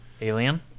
Alien